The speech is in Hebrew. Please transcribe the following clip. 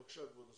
בבקשה, כבוד השר.